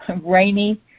Rainy